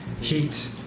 Heat